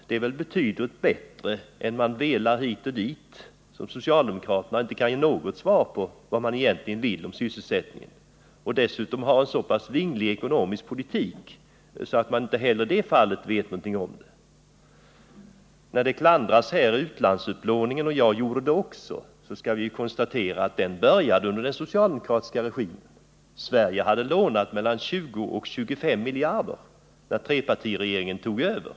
Det är betydligt bättre än att vela hit och dit som socialdemokraterna och inte kunna ge något svar på vad man egentligen vill i fråga om sysselsättningen. Dessutom har socialdemokraterna en så pass vinglig ekonomisk politik att det inte är möjligt att veta någonting bestämt i det fallet heller. När man klandrar utlandsupplåningen — något som jag också gjorde — bör man konstatera att den började under den socialdemokratiska regeringen. Sverige hade lånat mellan 20 och 25 miljarder när trepartiregeringen tog över.